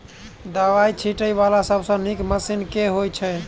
दवाई छीटै वला सबसँ नीक मशीन केँ होइ छै?